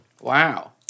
Wow